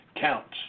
counts